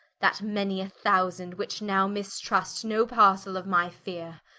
that many a thousand, which now mistrust no parcell of my feare,